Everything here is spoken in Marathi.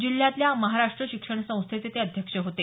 जिल्ह्यातल्या महाराष्ट्र शिक्षण संस्थेचे ते अध्यक्ष होते